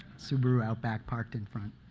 subaru outback parked in front.